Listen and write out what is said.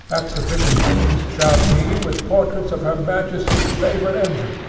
exhibition-rooms shall teem with portraits of her majesty's favourite engine,